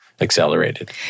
accelerated